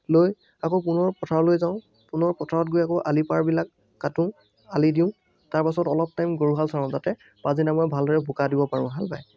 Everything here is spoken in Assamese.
লৈ আকৌ পুনৰ পথাৰলৈ যাওঁ পুনৰ পথাৰত গৈ আকৌ আলি পাৰবিলাক কাটো আলি দিওঁ তাৰপাছত অলপ টাইম গৰুহাল চৰাওঁ যাতে পাছদিনা মই ভালদৰে বোকা দিব পাৰোঁ হাল বাই